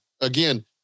Again